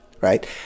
Right